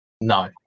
No